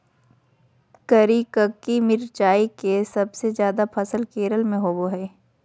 करिककी मिरचाई के सबसे ज्यादा फसल केरल में होबो हइ